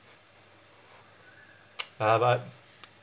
ya lah but